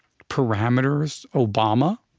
parameters, obama?